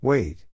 Wait